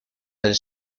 del